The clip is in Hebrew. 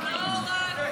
בחו"ל אבל לא רק בחו"ל.